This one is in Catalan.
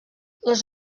les